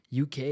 UK